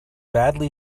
badly